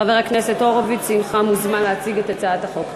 חבר הכנסת הורוביץ, הנך מוזמן להציג את הצעת החוק.